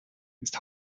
ist